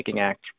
Act